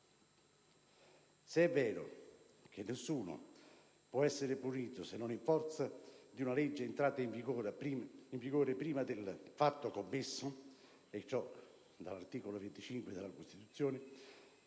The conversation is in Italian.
Se è vero che nessuno può essere punito se non in forza di una legge entrata in vigore prima del fatto commesso, e ciò in base all'articolo 25 della Costituzione,